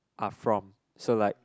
are from so like